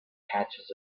patches